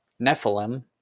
nephilim